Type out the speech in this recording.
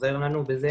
עוזר לנו בזה